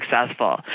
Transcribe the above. successful